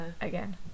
again